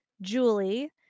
Julie